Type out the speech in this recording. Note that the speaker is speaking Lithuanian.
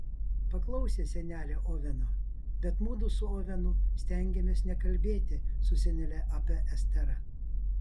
paklausė senelė oveno bet mudu su ovenu stengėmės nekalbėti su senele apie esterą